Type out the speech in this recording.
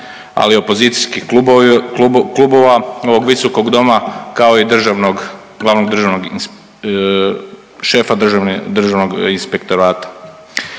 ali i opozicijskih klubova ovog Visokog doma kao i glavnog državnog, šefa Državnog inspektorata.